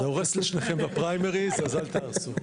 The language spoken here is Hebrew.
זה הורס לשניכם בפריימריז, אז אל תהרסו.